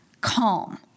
calm